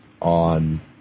On